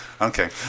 Okay